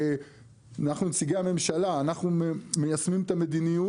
אנחנו נציגי הממשלה, אנחנו מיישמים את המדיניות.